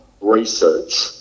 research